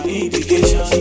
indication